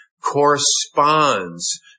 corresponds